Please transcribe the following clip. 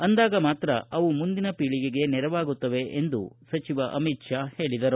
ಅಂದಾಗ ಮಾತ್ರ ಅವು ಮುಂದಿನ ಪೀಳಿಗೆಗೆ ನೆರವಾಗುತ್ತವೆ ಎಂದು ಹೇಳಿದರು